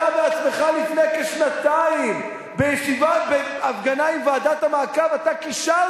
לפני כשנתיים, בהפגנה עם ועדת המעקב, קישרת